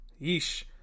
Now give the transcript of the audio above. Yeesh